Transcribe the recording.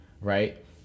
Right